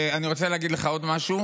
אני רוצה להגיד לך עוד משהו,